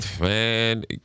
Man